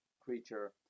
creature